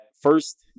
first